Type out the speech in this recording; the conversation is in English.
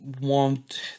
want